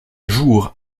jour